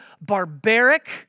barbaric